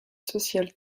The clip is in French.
social